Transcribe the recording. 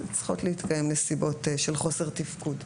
צריכות להתקיים נסיבות של חוסר תפקוד.